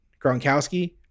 Gronkowski